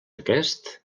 aquest